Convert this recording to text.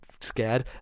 scared